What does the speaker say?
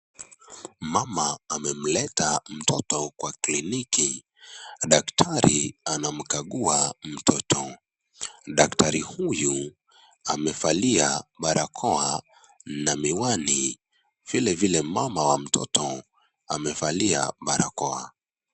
Mama amemleta mtoto kwa kliniki, daktari anamkagua mtoto . Daktari huyu amevalia barakoa na miwani, vile vile mama wa mtoto amevalia barakoa.